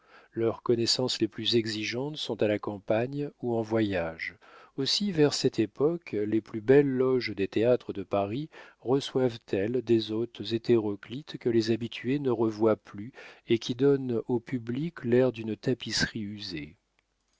leurs connaissances les plus exigeantes sont à la campagne ou en voyage aussi vers cette époque les plus belles loges des théâtres de paris reçoivent elles des hôtes hétéroclites que les habitués ne revoient plus et qui donnent au public l'air d'une tapisserie usée